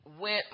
went